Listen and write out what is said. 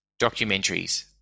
documentaries